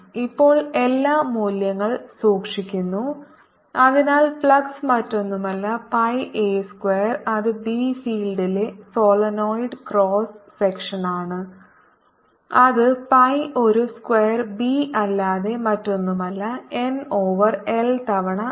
ഇപ്പോൾ എല്ലാ മൂല്യങ്ങൾ സൂക്ഷിക്കുന്നു അതിനാൽ ഫ്ലക്സ് മറ്റൊന്നുമല്ല പൈ a സ്ക്വാർ അത് ബി ഫീൽഡിലെ സോളിനോയിഡ് ക്രോസ് സെക്ഷനാണ് അത് പൈ ഒരു സ്ക്വയർ ബി അല്ലാതെ മറ്റൊന്നുമല്ല N ഓവർ L തവണ I